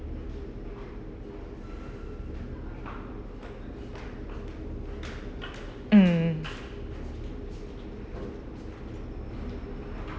mm